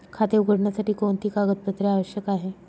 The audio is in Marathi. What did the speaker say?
खाते उघडण्यासाठी कोणती कागदपत्रे आवश्यक आहे?